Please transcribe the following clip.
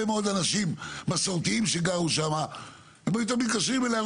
מאוד אנשים מסורתיים שגרו שם היו תמיד מתקשרים אליי,